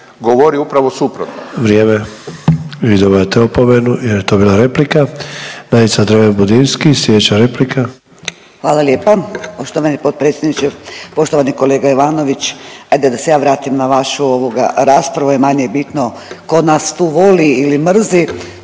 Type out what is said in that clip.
govori upravo suprotno.